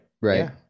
Right